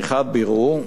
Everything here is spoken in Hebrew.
שיחת בירור,